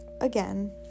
again